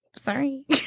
Sorry